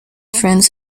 friends